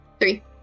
Three